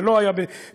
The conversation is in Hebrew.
זה לא היה בתקופתך,